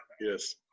Yes